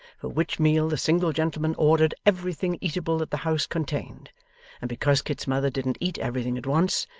for which meal the single gentleman ordered everything eatable that the house contained and because kit's mother didn't eat everything at once,